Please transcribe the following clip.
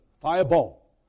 fireball